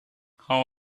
how